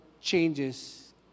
changes